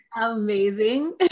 Amazing